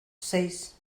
seis